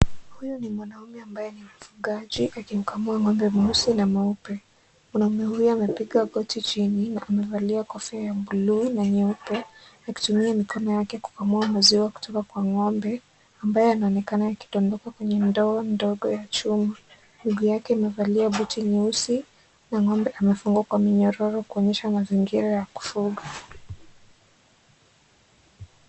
Huyo ni mwanamume ambaye ni mfugaji akimkamua ng'ombe mweusi na mweupe. Mwanaume huyo amepiga goti chini na amevalia kofia ya buluu na nyeupe akitumia mikono yake kukamua maziwa kutoka kwa ng'ombe ambaye yanaonekana yakidondoka kwenye ndoo ndogo ya chuma. Miguu yake imevalia boti nyeusi na ng'ombe amefungwa kwa minyororo kuonyesha mazingira ya kufuga.